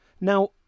Now